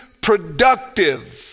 productive